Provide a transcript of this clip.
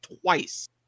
twice